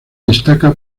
destaca